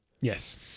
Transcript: yes